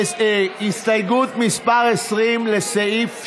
הסתייגות מס' 20, לסעיף 3,